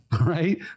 right